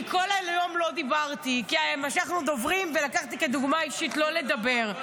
כי כל היום לא דיברתי כי משכנו דוברים ולקחתי כדוגמה אישית לא לדבר.